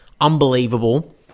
unbelievable